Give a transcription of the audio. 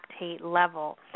level